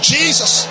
Jesus